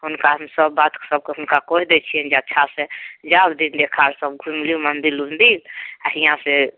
हुनका हम सब बात सब हुनका कहि दै छिअनि जे अच्छा से जाउ दिन देखार सब घुमि लिउ मंदिर उंदिल आ हियाँ से